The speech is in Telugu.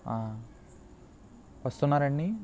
వస్తున్నారా అండి